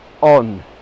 on